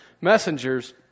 messengers